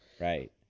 Right